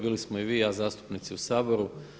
Bili smo i vi i ja zastupnici u Saboru.